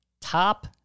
top